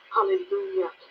Hallelujah